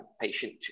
patient